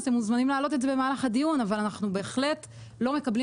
אתם מוזמנים להעלות את זה במהלך הדיון אבל אנחנו בהחלט לא מקבלים